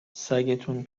سگتون